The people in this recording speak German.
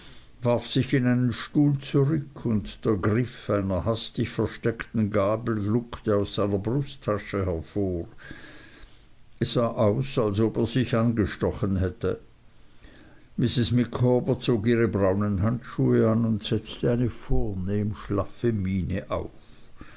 sich in seinen stuhl zurück und der griff einer hastig versteckten gabel guckte aus seiner brusttasche hervor es sah aus als ob er sich angestochen hätte mrs micawber zog ihre braunen handschuhe an und setzte eine vornehm schlaffe miene auf